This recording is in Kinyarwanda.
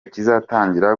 kizatangira